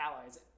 Allies